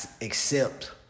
accept